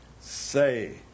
say